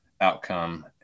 outcome